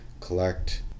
collect